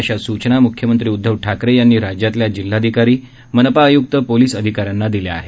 अशा सूचना म्ख्यमंत्री उद्धव ठाकरे यांनी राज्यातल्या जिल्हाधिकारी मनपा आय्क्त पोलीस अधिकाऱ्यांना दिल्या आहेत